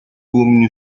uomini